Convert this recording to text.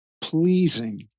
pleasing